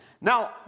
Now